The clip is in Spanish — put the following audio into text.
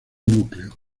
núcleo